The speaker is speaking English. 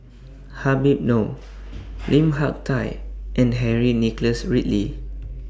Habib Noh Lim Hak Tai and Henry Nicholas Ridley